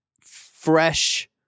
fresh